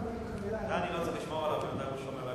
מתייחסת לבקשות שהועלו על סדר-היום מצדו של חבר